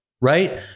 right